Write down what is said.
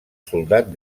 soldat